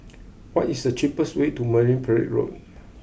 what is the cheapest way to Marine Parade Road